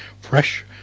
fresh